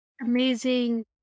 Amazing